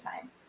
time